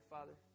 Father